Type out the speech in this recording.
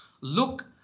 look